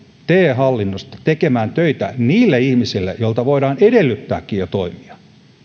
te hallinnosta tekemään töitä niille ihmisille joilta voidaan edellyttääkin jo toimia